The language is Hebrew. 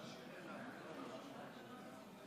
קודם דיברתי על הנקודה בשאילתה של